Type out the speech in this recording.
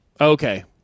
Okay